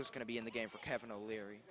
is going to be in the game for kevin o'leary